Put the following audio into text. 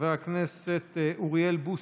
חבר הכנסת אוריאל בוסו.